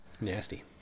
Nasty